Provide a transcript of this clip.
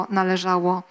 należało